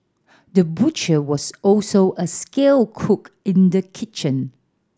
the butcher was also a skilled cook in the kitchen